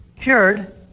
cured